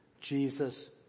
Jesus